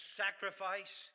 sacrifice